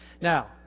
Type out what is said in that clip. Now